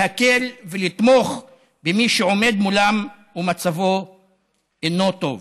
להקל ולתמוך במי שעומד מולם ומצבו אינו טוב.